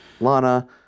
Lana